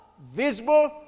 Visible